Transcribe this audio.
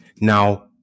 Now